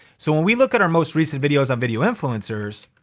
so when we look at our most recent videos on video influencers,